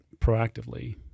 proactively